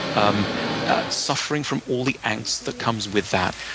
um ah suffering from all the angst that comes with that.